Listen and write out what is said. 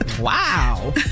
Wow